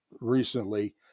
recently